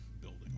building